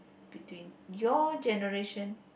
between your generation